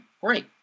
Great